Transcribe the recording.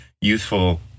youthful